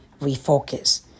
refocus